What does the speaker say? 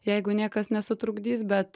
jeigu niekas nesutrukdys bet